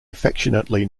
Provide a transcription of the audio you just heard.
affectionately